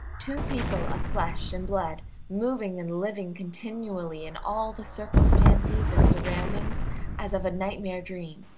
two people of flesh and blood moving and living continually in all the circumstances and surroundings as of a nightmare dream,